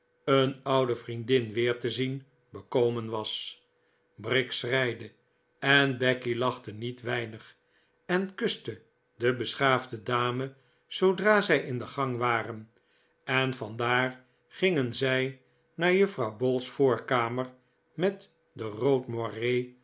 een oude vriendin weer te zien bekomen was briggs schreide en becky lachte niet weinig en kuste de beschaafde dame zoodra zij in de gang waren en vandaar gingen zij naar juffrouw bowls voorkamer met de rood moire